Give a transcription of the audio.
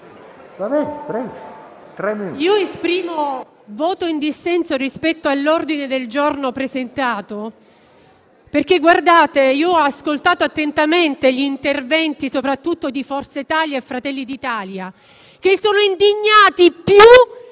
esprimo voto in dissenso rispetto all'ordine del giorno presentato. Ho ascoltato attentamente gli interventi soprattutto di Forza Italia e Fratelli d'Italia, che sono indignati più